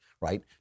right